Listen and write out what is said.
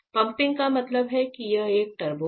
pumping का मतलब है कि यह एक टर्बो है